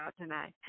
tonight